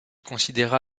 considéra